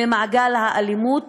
ממעגל האלימות,